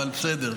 אבל בסדר,